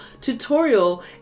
tutorial